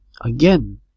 Again